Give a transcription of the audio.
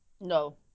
No